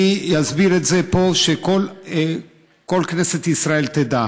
אני אסביר את זה פה, שכל כנסת ישראל תדע.